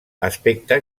aspecte